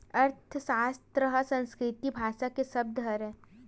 अर्थसास्त्र ह संस्कृत भासा के सब्द हरय